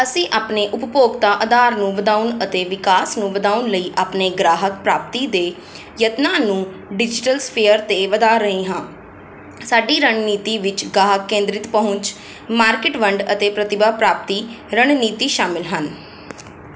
ਅਸੀਂ ਆਪਣੇ ਉਪਭੋਗਤਾ ਅਧਾਰ ਨੂੰ ਵਧਾਉਣ ਅਤੇ ਵਿਕਾਸ ਨੂੰ ਵਧਾਉਣ ਲਈ ਆਪਣੇ ਗ੍ਰਾਹਕ ਪ੍ਰਾਪਤੀ ਦੇ ਯਤਨਾਂ ਨੂੰ ਡਿਜੀਟਲ ਸਫੇਅਰ 'ਤੇ ਵਧਾ ਰਹੇ ਹਾਂ ਸਾਡੀ ਰਣਨੀਤੀ ਵਿੱਚ ਗਾਹਕ ਕੇਂਦਰਿਤ ਪਹੁੰਚ ਮਾਰਕੀਟ ਵੰਡ ਅਤੇ ਪ੍ਰਤਿਭਾ ਪ੍ਰਾਪਤੀ ਰਣਨੀਤੀ ਸ਼ਾਮਲ ਹਨ